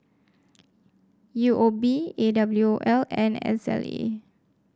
U O B A W O L and S L A